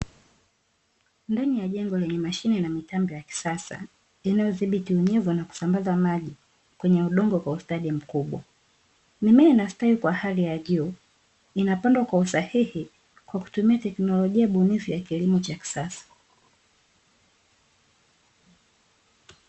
Ndani ya jengo lenye mashine na mitambo ya kisasa, inayothibiti unyevu na kusambaza maji kwenye udongo kwa ustadi mkubwa, mimea inastawi kwa hali ya juu imepandwa kwa usahihi kwa kutumia tekinolojia bunifu, ya kilimo cha kisasa.